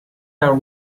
our